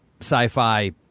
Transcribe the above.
sci-fi